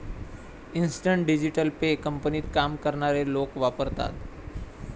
instant digital pay कंपनीत काम करणारे लोक वापरतात